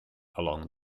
along